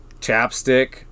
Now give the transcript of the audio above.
Chapstick